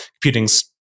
computing's